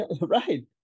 right